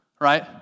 right